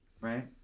right